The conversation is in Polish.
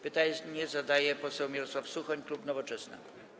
Pytanie zadaje poseł Mirosław Suchoń, klub Nowoczesna.